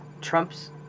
Trump's